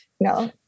No